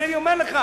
הנה אני אומר לך,